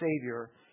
Savior